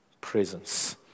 presence